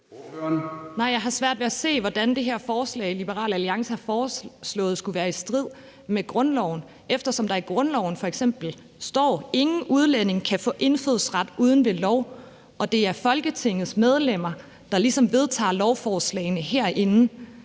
Jeg har svært ved at se, hvordan det forslag, Liberal Alliance har fremlagt, skulle være i strid med grundloven, eftersom der i grundloven f.eks. står: Ingen udlænding kan få indfødsret uden ved lov, og at det er Folketingets medlemmer, der ligesom vedtager lovforslagene herinde.